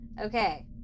Okay